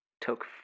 took